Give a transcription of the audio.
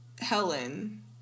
Helen